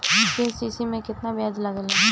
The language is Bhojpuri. के.सी.सी में केतना ब्याज लगेला?